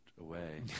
away